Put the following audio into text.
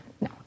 no